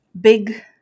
big